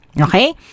okay